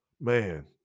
man